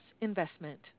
Investment